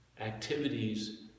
Activities